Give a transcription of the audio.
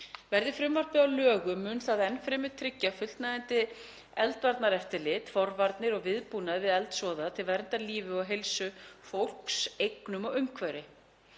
Verði frumvarpið að lögum mun það enn fremur tryggja fullnægjandi eldvarnareftirlit, forvarnir og viðbúnað við eldsvoða til verndar lífi og heilsu fólks, eignum og umhverfi.